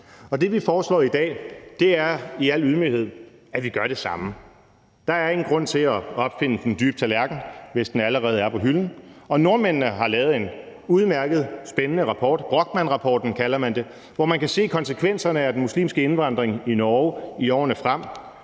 Og det, vi foreslår i dag, er i al ydmyghed, at vi gør det samme. Der er ingen grund til at opfinde den dybe tallerken, hvis den allerede er på hylden. Og nordmændene har lavet en udmærket og spændende rapport, Brochmannrapporten kalder man den, hvor man kan se konsekvenserne af den muslimske indvandring i Norge i årene frem.